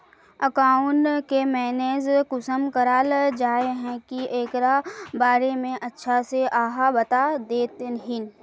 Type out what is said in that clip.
Account के manage कुंसम कराल जाय है की एकरा बारे में अच्छा से आहाँ बता देतहिन?